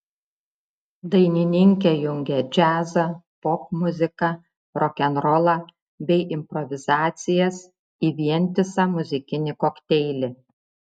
dainininkė jungia džiazą popmuziką rokenrolą bei improvizacijas į vientisą muzikinį kokteilį